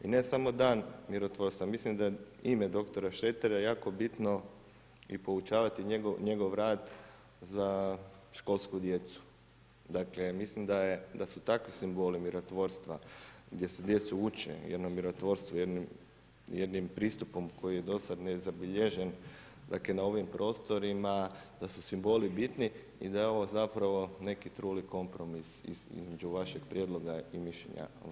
I ne samo dan mirotvorstva, mislim da ime dr. Šretera je jako bitno i poučavati njegov rad za školsku djecu, dakle mislim da su takvi simboli mirotvorstva gdje se djecu uči jednom mirotvorstvu, jednim pristupom koji je do sada nezabilježen na ovim prostorima, da su simboli bitni i da je ovo zapravo neki truli kompromis između vašeg prijedloga i mišljenja Vlade.